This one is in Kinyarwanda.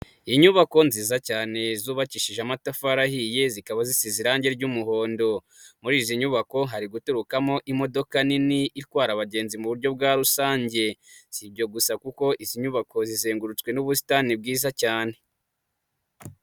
Inyubako nziza cyane zubakishije amatafarihiye, zikaba zisize irangi ry'muhondo, muri izi nyubako hari gutorokamo imodoka nini itwara abagenzi mu buryo bwa rusange, si ibyo gusa kuko izi nyubako zizengurutswe n,ubusitani bwiza cyane.